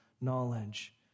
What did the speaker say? knowledge